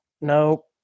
nope